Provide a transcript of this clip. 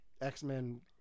X-Men